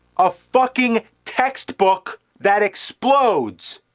a fucking textbook that explodes!